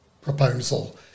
proposal